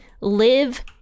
live